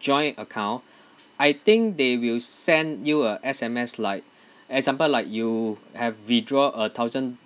joint account I think they will send you a S_M_S like example like you have withdraw a thousand